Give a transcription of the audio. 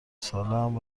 سالهام